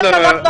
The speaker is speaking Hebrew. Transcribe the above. גרוטו,